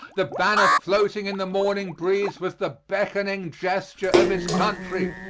the banner floating in the morning breeze was the beckoning gesture of his country.